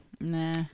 Nah